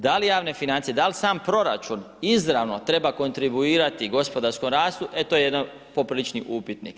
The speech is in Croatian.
Da li javne financije, da li sam proračun izravno treba kontinuirati gospodarskom rastu, e to je jedan poprilični upitnik.